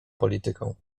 polityką